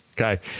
okay